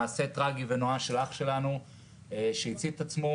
מעשה טרגי ונואש של אח שלנו שהצית את עצמו